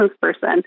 person